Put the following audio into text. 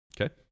Okay